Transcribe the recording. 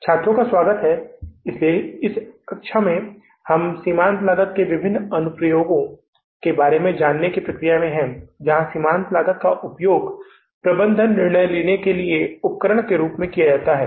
छात्रों का स्वागत है इसलिए इस कक्षा में हम सीमांत लागत के विभिन्न अनुप्रयोगों के बारे में जानने की प्रक्रिया में हैं जहाँ सीमांत लागत का उपयोग प्रबंधन निर्णय लेने के उपकरण के रूप में किया जा सकता है